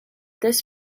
this